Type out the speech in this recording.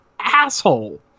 asshole